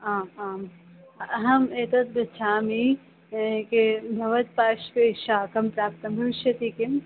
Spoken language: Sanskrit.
आम् आम् अहम् एतद् पृच्छामि के भवतां पार्श्वे शाकं प्राप्तं भविष्यति किं